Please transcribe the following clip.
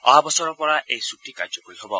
অহা বছৰৰ পৰা এই চুক্তি কাৰ্যকৰী হব